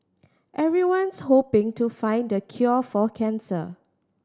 everyone's hoping to find the cure for cancer